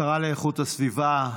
השרה לאיכות הסביבה,